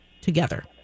together